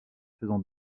faisant